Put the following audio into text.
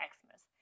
Xmas